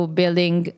building